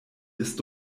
ist